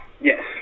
Yes